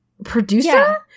producer